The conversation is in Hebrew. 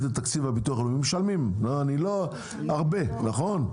הם משלמים הרבה, נכון?